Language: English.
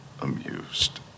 amused